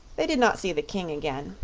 they did not see the king again,